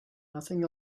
nothing